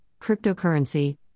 cryptocurrency